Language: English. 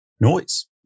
noise